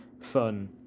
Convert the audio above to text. fun